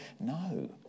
no